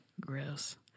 Gross